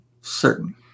certain